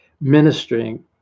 ministering